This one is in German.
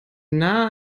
nah